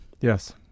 Yes